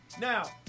Now